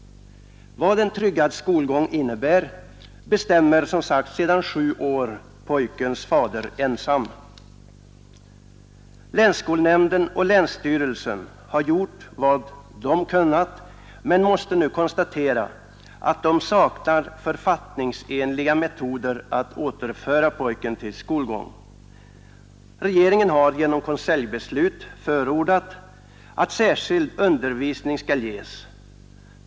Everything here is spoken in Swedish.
Vad som är en tryggad skolgång bestämmer emellertid sedan sju år tillbaka pojkens fader ensam. Länsskolnämnden och länsstyrelsen har gjort vad de kunnat men måste nu konstatera, att de saknar författningsenliga metoder att återföra pojken till skolgång. Regeringen har genom konseljbeslut förordat att särskild undervisning skall ges.